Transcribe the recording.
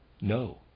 No